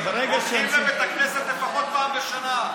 הולכים לבית הכנסת לפחות פעם בשנה.